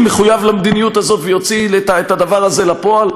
מחויב למדיניות הזאת ויוציא את הדבר הזה לפועל?